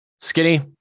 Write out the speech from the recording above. skinny